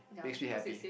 makes me happy